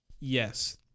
yes